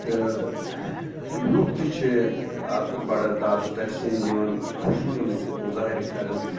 تہٕ لُکھ تہِ چھِ اَتھ بَڑٕ دادٕ تحسیٖن دِوان خوشی ہُنٛد مظاہرٕ کَران